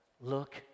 look